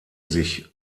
sich